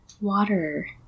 Water